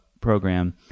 program